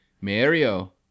Mario